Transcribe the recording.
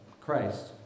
Christ